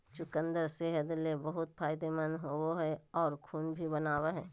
चुकंदर सेहत ले बहुत फायदेमंद होवो हय आर खून भी बनावय हय